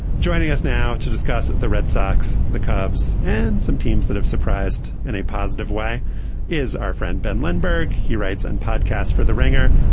joining us now to discuss the red sox the cubs and some teams that have surprised in a positive way is our friend ben lindbergh. he writes and podcast for the ringer.